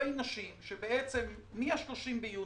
שמה-30 ביוני,